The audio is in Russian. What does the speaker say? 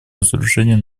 разоружению